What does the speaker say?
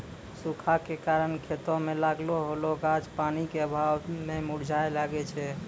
सूखा के कारण खेतो मे लागलो होलो गाछ पानी के अभाव मे मुरझाबै लागै छै